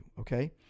okay